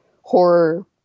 horror